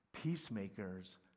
Peacemakers